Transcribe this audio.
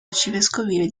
arcivescovile